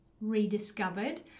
rediscovered